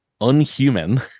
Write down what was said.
Unhuman